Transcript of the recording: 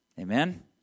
Amen